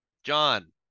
John